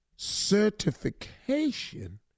certification